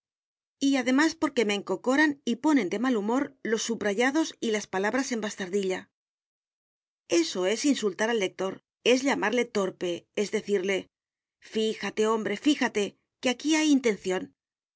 y además porque me encocoran y ponen de mal humor los subrayados y las palabras en bastardilla eso es insultar al lector es llamarle torpe es decirle fíjate hombre fíjate que aquí hay